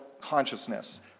consciousness